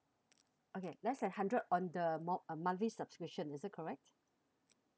okay less than hundred on the mon~ monthly subscription is it correct